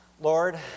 Lord